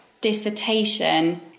dissertation